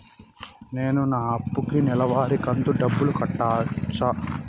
నేను నా అప్పుకి నెలవారి కంతు డబ్బులు కట్టొచ్చా?